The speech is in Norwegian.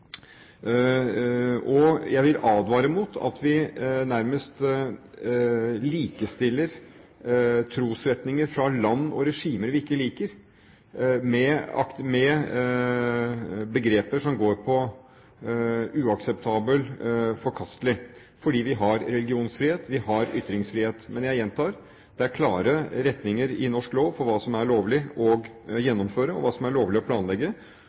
Jeg vil advare mot at vi nærmest likestiller trosretninger fra land og regimer vi ikke liker, med begreper som «uakseptabelt» og «forkastelig», fordi vi har religionsfrihet, vi har ytringsfrihet. Men jeg gjentar: Det er klare retninger i norsk lov for hva som er lovlig å gjennomføre, og hva som er lovlig å planlegge.